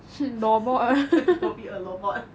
probably a robot